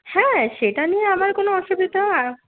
হ্যাঁ সেটা নিয়ে আমার কোনো অসুবিধা